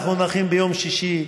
ואנחנו נחים ביום שישי,